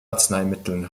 arzneimitteln